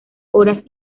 horas